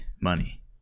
money